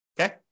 Okay